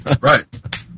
Right